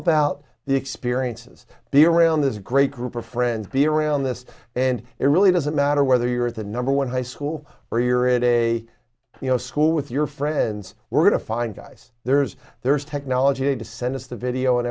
about the experiences the around this great group of friends be around this and it really doesn't matter whether you're at the number one high school or you're it a you know school with your friends we're going to find guys there's there's technology to send us the video and